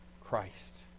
Christ